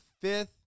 fifth